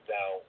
Now